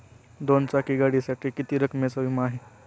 दोन चाकी गाडीसाठी किती रकमेचा विमा आहे?